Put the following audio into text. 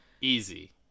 easy